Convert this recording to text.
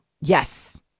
Yes